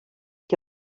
que